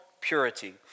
purity